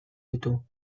ditu